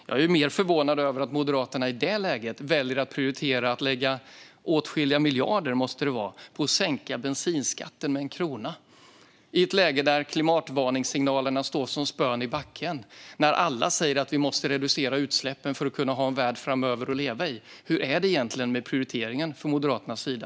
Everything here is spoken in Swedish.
Jag är mer förvånad över att Moderaterna väljer att prioritera att lägga åtskilliga miljarder på att sänka bensinskatten med en krona i ett läge där klimatvarningssignalerna står som spön i backen och alla säger att vi måste reducera utsläppen för att kunna ha en värld att leva i framöver. Hur är det egentligen med prioriteringen från Moderaternas sida?